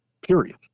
period